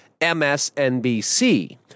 MSNBC